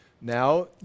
Now